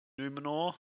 Numenor